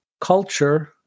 Culture